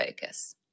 focus